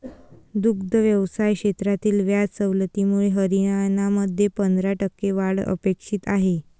दुग्ध व्यवसाय क्षेत्रातील व्याज सवलतीमुळे हरियाणामध्ये पंधरा टक्के वाढ अपेक्षित आहे